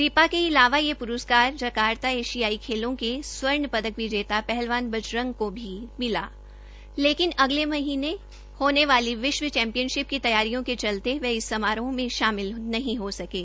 दीपा के अलावा यह प्रस्कार जकार्ता एशियाई खेलों के स्वर्ण पदक विजेता पहलवान बजरंग को भी मिला है लेकिन अगले माह होने वाली विश्व चैंपियनशिप की तैयारियों के चलते वह इस समारोह में शामिल नहीं हो सकें